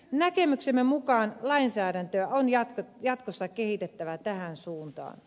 näkemyksemme mukaan lainsäädäntöä on jatkossa kehitettävä tähän suuntaan